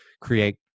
create